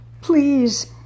Please